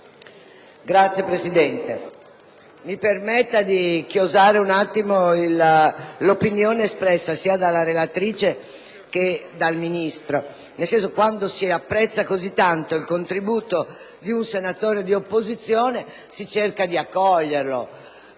Signora Presidente, mi permetta di chiosare brevemente l'opinione espressa sia dalla relatrice che dal Ministro. Quando si apprezza così tanto il contributo di un senatore di opposizione si cerca di accoglierlo.